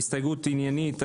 ההסתייגות היא עניינית.